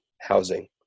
housing